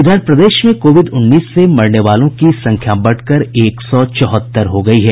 इधर प्रदेश में कोविड उन्नीस से मरने वालों की संख्या बढ़कर एक सौ चौहत्तर हो गयी है